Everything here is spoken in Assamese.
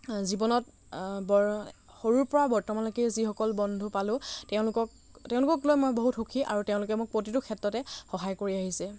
জীৱনত বৰ সৰুৰ পৰা বৰ্তমানলৈকে যিসকল বন্ধু পালোঁ তেওঁলোকক তেওঁলোকক লৈ মই বহুত সুখী আৰু তেওঁলোকে মোক প্ৰতিটো ক্ষেত্ৰতে সহায় কৰি আহিছে